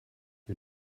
you